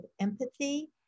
empathy